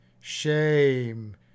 shame